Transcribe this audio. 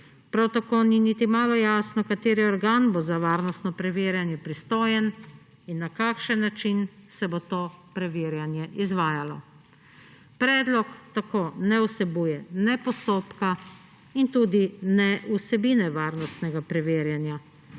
Prav tako ni niti malo jasno, kateri organ bo za varnostno preverjanje pristojen in na kakšen način se bo to preverjanje izvajalo. Predlog tako ne vsebuje ne postopka in tudi ne vsebine varnostnega preverjanja.